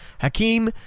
Hakeem